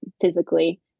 physically